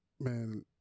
Man